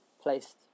placed